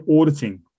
auditing